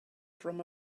from